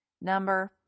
Number